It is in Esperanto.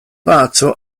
paco